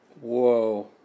Whoa